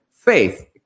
faith